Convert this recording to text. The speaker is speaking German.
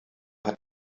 hat